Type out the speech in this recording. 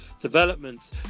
developments